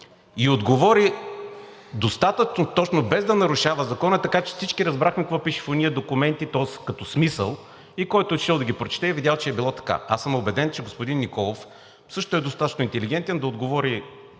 и отговори достатъчно точно, без да нарушава закона, така че всички разбрахме какво пише в онези документи. Тоест като смисъл. Който е отишъл да ги прочете, е видял, че е било така. Аз съм убеден, че господин Николов също е достатъчно интелигентен да отговори